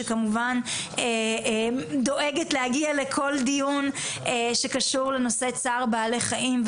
שכמובן דואגת להגיע לכל דיון שקשור לנושא צער בעלי חיים,